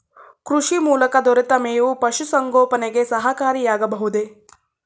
ಕೃಷಿ ಮೂಲಕ ದೊರೆತ ಮೇವು ಪಶುಸಂಗೋಪನೆಗೆ ಸಹಕಾರಿಯಾಗಬಹುದೇ?